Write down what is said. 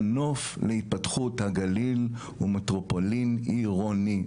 המנוף להתפתחות הגליל הוא מטרופולין עירוני,